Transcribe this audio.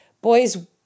boys